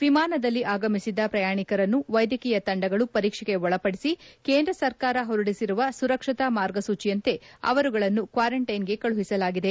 ವಿಮಾನದಲ್ಲಿ ಆಗಮಿಸಿದ ಪ್ರಯಾಣಿಕರನ್ನು ವೈದ್ಯಕೀಯ ತಂಡಗಳು ಪರೀಕ್ಷೆಗೆ ಒಳಪಡಿಸಿ ಕೇಂದ್ರ ಸರ್ಕಾರ ಹೊರಡಿಸಿರುವ ಸುರಕ್ಷತಾ ಮಾರ್ಗಸೂಚಿಯಂತೆ ಅವರುಗಳನ್ನು ಕ್ವಾರಂಟ್ಲೆನ್ಗೆ ಕಳುಹಿಸಲಾಗಿದೆ